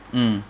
mm